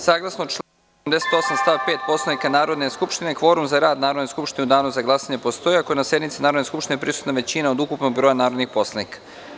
Saglasno članu 88. stav 5. Poslovnika Narodne skupštine, kvorum za rad Narodne skupštine u danu za glasanje postoji ako je na sednici Narodne skupštine prisutna većina od ukupnog broja narodnih poslanika.